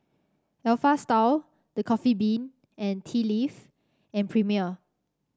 Alpha Style The Coffee Bean and Tea Leaf and Premier